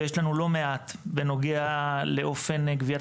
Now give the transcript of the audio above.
ויש לנו לא מעט בנוגע לאופן גביית